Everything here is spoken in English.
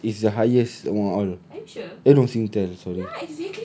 burst is the highest among all eh no singtel sorry